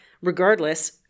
regardless